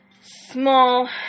Small